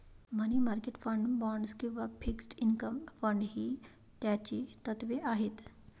मनी market fund, bonds किंवा fixed income fund ही त्याची तत्त्वे आहेत